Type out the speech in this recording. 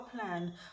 plan